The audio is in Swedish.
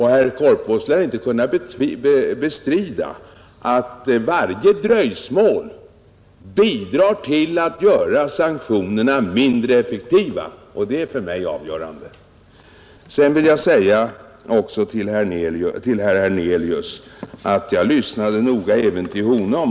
Herr Korpås lär inte kunna bestrida att varje dröjsmål bidrar till att göra sanktionerna mindre effektiva — och det är för mig avgörande. Sedan vill jag säga till herr Hernelius att jag lyssnade noga även till honom.